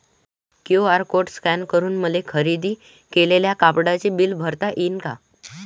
QR code scan करून मले खरेदी केलेल्या कापडाचे बिल भरता यीन का?